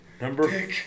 Number